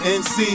nc